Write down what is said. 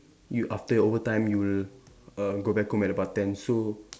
you after your overtime you will err go home about ten so